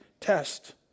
test